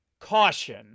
caution –